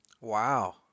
Wow